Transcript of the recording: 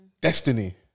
Destiny